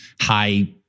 high